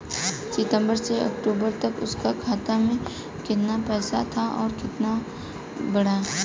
सितंबर से अक्टूबर तक उसका खाता में कीतना पेसा था और कीतना बड़ा?